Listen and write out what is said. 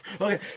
Okay